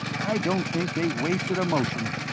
i don't think they wasted a motion.